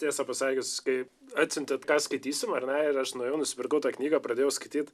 tiesa pasakius kai atsiuntėt ką skaitysim ar ne ir aš nuėjau nusipirkau tą knygą pradėjau skaityt